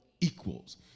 equals